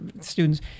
students